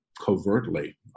covertly